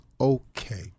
Okay